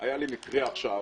היה לי מקרה עכשיו